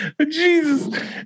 jesus